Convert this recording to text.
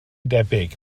debyg